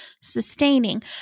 sustaining